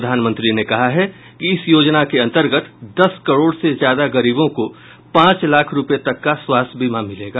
प्रधानमत्री ने कहा है कि इस योजना के अंतर्गत दस करोड़ से ज्यादा गरीबों का पांच लाख रूपये तक का स्वास्थ्य बीमा मिलेगा